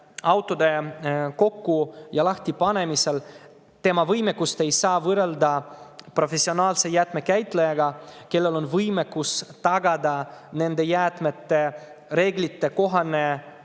autode kokkupanemises ja lahti[võtmises] on, tema võimekust ei saa võrrelda professionaalse jäätmekäitlejaga, kellel on [oskus] tagada nende jäätmete reeglitekohane